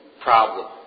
problem